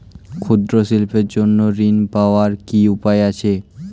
ক্ষুদ্র শিল্পের জন্য ঋণ পাওয়ার কি উপায় আছে?